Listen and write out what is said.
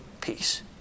peace